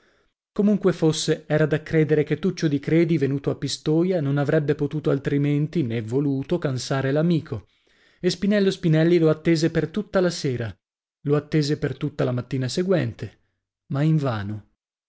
comunque fosse era da credere che tuccio di credi venuto a pistoia non avrebbe potuto altrimenti nè voluto cansare l'amico e spinello spinelli lo attese per tutta la sera lo attese per tutta la mattina seguente ma invano